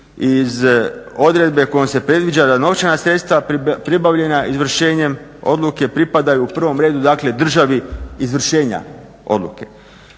iz odredbe kojom se predviđa da novčana sredstva pribavljena izvršenjem odluke pripadaju u prvom redu dakle državi izvršenja odluke.